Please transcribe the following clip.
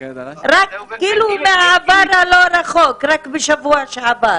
זה כאילו מהעבר הלא רחוק מהשבוע שעבר.